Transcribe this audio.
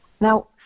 Now